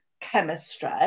chemistry